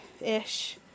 ish